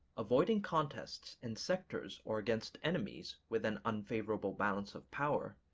avoiding contests in sectors or against enemies with an unfavorable balance of power,